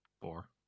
Four